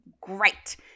great